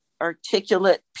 articulate